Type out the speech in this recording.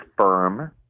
firm